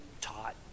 taught